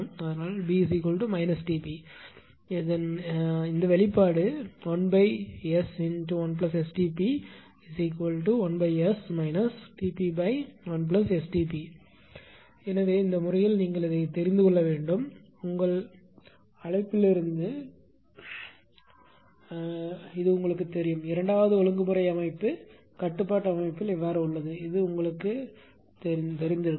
அதனால் B Tp அதாவது இந்த வெளிப்பாடு 1S1STp1S Tp1STp எனவே இந்த வழியில் இதை நீங்கள் தெரிந்து கொள்ள வேண்டும் உங்கள் அழைப்பிலிருந்து உங்களுக்குத் தெரியும் இரண்டாவது ஒழுங்குமுறை அமைப்பு கட்டுப்பாட்டு அமைப்பில் உள்ளது இது உங்களுக்கு மிகவும் தெரியும்